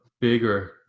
bigger